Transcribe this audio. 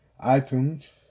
iTunes